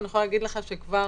ואני יכולה להגיד לך שכבר